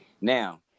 Now